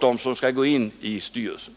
dem som skall ingå i styrelserna en ytterligare kompetens.